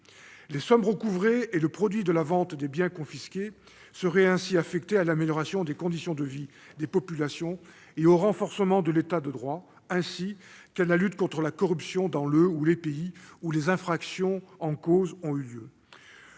Les sommes recouvrées et le produit de la vente des biens confisqués seraient ainsi affectés à l'amélioration des conditions de vie des populations et au renforcement de l'État de droit, ainsi qu'à la lutte contre la corruption dans le ou les pays où les infractions en cause ont été